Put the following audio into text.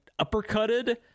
uppercutted